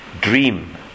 dream